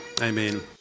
amen